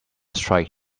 strike